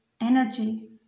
energy